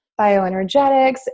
bioenergetics